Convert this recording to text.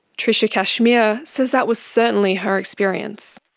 tricia cashmere says that was certainly her experience.